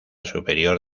superior